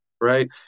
right